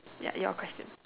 ya your question